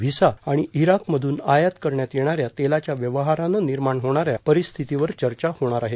visa आणि इराकमधून आयात करण्यात येणाऱ्या तेलाच्या व्यवहारानं निर्माण होणाऱ्या परिस्थितीवर चर्चा होणार आहे